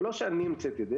זה לא שאני המצאתי את זה,